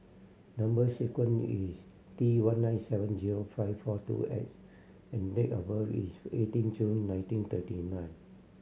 number sequence is T one nine seven zero five four two X and date of birth is eighteen June nineteen thirty nine